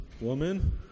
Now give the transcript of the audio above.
Woman